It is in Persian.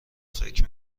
فکر